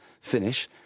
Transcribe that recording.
finish